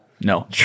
No